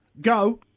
go